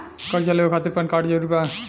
कर्जा लेवे खातिर पैन कार्ड जरूरी बा?